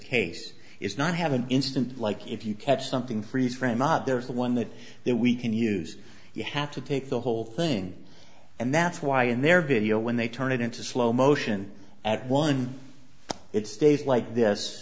case is not have an instant like if you catch something freeze frame up there is the one that that we can use you have to take the whole thing and that's why in their video when they turn it into slow motion at one it stays like this